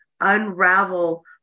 unravel